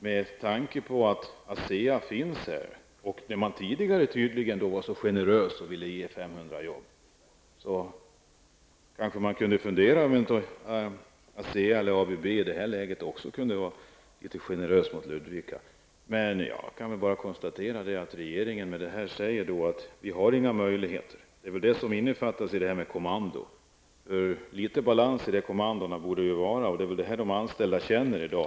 Med tanke på att företaget finns i Ludvika och att det tidigare var så generöst och ville skapa 500 jobb, kanske man kunde fundera på om inte ABB också i detta läge kunde vara litet generöst mot Ludvika. Jag kan bara konstatera att regeringen säger att den inte har några möjligheter. Det är väl vad som innefattas i det industriministern säger om kommando. Litet balans mellan kommandona borde det finnas. Det är vad de anställda känner i dag.